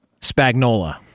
Spagnola